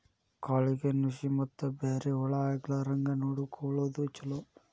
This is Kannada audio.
ಕಾಳಿಗೆ ನುಶಿ ಮತ್ತ ಬ್ಯಾರೆ ಹುಳಾ ಆಗ್ಲಾರಂಗ ನೊಡಕೊಳುದು ಚುಲೊ